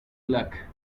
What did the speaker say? luck